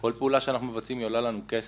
כל פעולה שאנחנו מבצעים עולה לנו כסף.